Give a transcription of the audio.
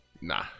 nah